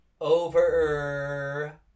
Over